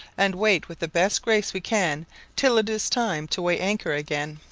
and wait with the best grace we can till it is time to weigh anchor again.